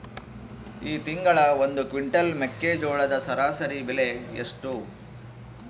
ಈ ತಿಂಗಳ ಒಂದು ಕ್ವಿಂಟಾಲ್ ಮೆಕ್ಕೆಜೋಳದ ಸರಾಸರಿ ಬೆಲೆ ಎಷ್ಟು?